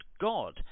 God